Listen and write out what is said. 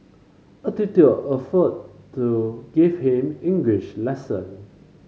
a tutor offered to give him English lesson